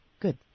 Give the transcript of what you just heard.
good